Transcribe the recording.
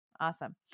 Awesome